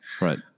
Right